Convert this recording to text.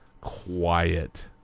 quiet